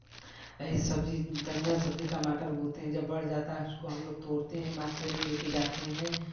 यही सब चीज़ धनियाँ सब्जी टमाटर बोते हैं जब बढ़ जाता है उसको हमलोग तोड़ते हैं मार्केट में ले के जाते हैं